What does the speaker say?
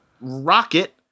Rocket